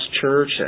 church